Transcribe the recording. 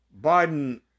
Biden